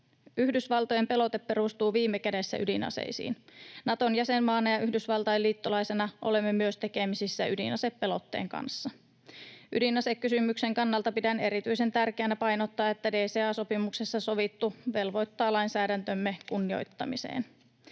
Yhdysvaltojen pelote perustuu viime kädessä ydinaseisiin. Naton jäsenmaana ja Yhdysvaltain liittolaisena olemme myös tekemisissä ydinasepelotteen kanssa. Ydinasekysymyksen kannalta pidän erityisen tärkeänä painottaa, että DCA-sopimuksessa sovittu velvoittaa lainsäädäntömme kunnioittamiseen.